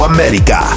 America